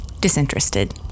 disinterested